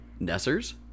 Nessers